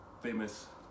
famous